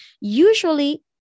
Usually